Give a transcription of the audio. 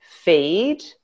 feed